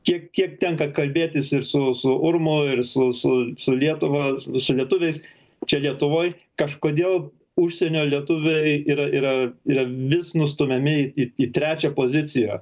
kiek kiek tenka kalbėtis ir su su urmu ir su su su lietuva su lietuviais čia lietuvoj kažkodėl užsienio lietuviai yra yra yra vis nustumiami į į trečią poziciją